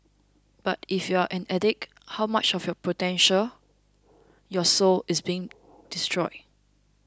but if you're an addict how much of your potential your soul is being destroyed